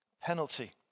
penalty